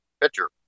pitcher